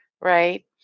right